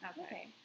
Okay